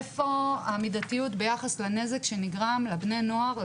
איפה המידתיות ביחס לנזק שנגרם לבני הנוער,